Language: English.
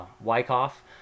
Wyckoff